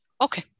Okay